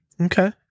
Okay